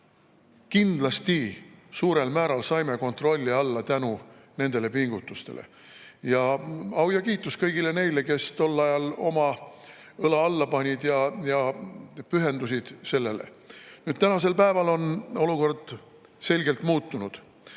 kindlasti suurel määral saime kontrolli alla tänu nendele pingutustele. Au ja kiitus kõigile neile, kes tol ajal oma õla alla panid ja pühendusid sellele! Tänasel päeval on olukord selgelt muutunud.